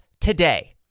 today